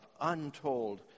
untold